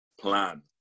plan